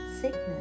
sickness